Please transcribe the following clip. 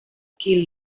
qui